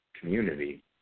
community